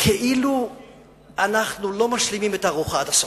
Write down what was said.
כאילו אנחנו לא משלימים את הארוחה עד הסוף.